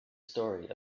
story